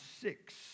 six